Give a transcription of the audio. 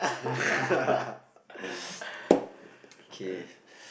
okay